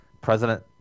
President